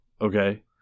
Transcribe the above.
okay